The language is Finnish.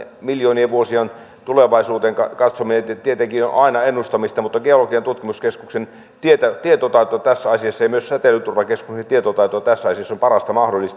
miljoonia vuosia tulevaisuuteen katsominen tietenkin on aina ennustamista mutta geologian tutkimuskeskuksen ja myös säteilyturvakeskuksen tietotaito tässä asiassa on parasta mahdollista